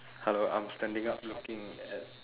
hello I'm standing up looking at